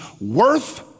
worth